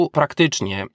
praktycznie